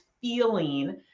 feeling